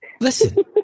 Listen